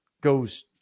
goes